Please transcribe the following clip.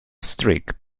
streak